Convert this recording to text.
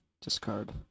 Discard